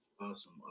awesome